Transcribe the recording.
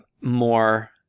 more